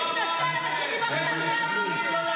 זה מה שאתה צריך להתנצל.